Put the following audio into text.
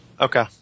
Okay